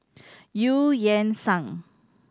Eu Yan Sang